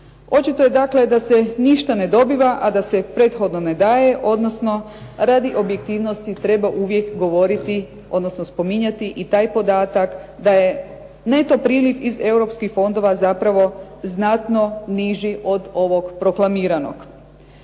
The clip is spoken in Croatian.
Očito je dakle da se ništa ne dobiva, a da se prethodno ne daje, odnosno radi objektivnosti treba uvijek govoriti, odnosno spominjati i taj podatak da je neto priliv iz europskih fondova zapravo znatno niži od ovog proklamiranog.